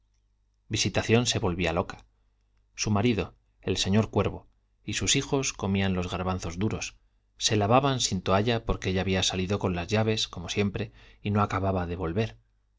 visitación se volvía loca su marido el señor cuervo y sus hijos comían los garbanzos duros se lavaban sin toalla porque ella había salido con las llaves como siempre y no acababa de volver